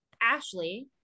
Ashley